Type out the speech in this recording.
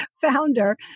founder